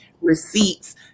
receipts